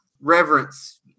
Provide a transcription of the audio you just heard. reverence